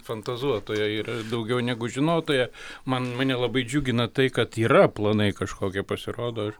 fantazuotoją ir daugiau negu žinotoją man mane labai džiugina tai kad yra planai kažkokie pasirodo